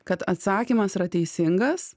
kad atsakymas yra teisingas